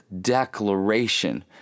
declaration